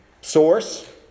source